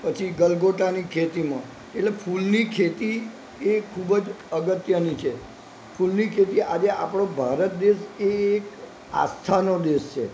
પછી ગલગોટાની ખેતીમાં એટલે ફૂલની ખેતી એ ખૂબ જ અગત્યની છે ફૂલની ખેતી આજે આપણો ભારત દેશ એ એક આસ્થાનો દેશ છે